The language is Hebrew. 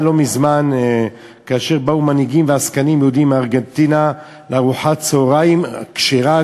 לא מזמן באו מנהיגים ועסקנים יהודים מארגנטינה לארוחת צהריים כשרה,